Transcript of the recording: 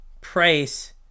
price